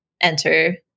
Enter